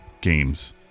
games